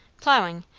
ploughing.